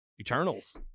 Eternals